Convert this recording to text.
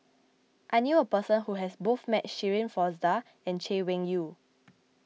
I knew a person who has met both Shirin Fozdar and Chay Weng Yew